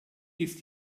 ist